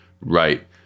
right